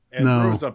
No